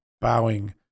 bowing